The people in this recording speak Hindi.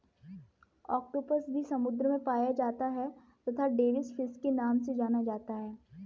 ऑक्टोपस भी समुद्र में पाया जाता है तथा डेविस फिश के नाम से जाना जाता है